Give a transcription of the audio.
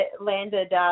landed